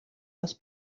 les